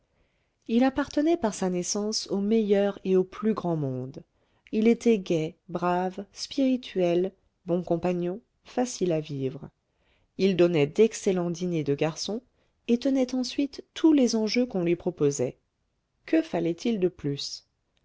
il appartenait par sa naissance au meilleur et au plus grand monde il était gai brave spirituel bon compagnon facile à vivre il donnait d'excellents dîners de garçons et tenait ensuite tous les enjeux qu'on lui proposait que fallait-il de plus